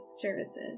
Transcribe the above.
Services